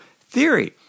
theory